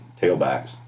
tailbacks